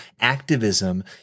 activism